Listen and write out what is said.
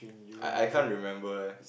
I I can't remember eh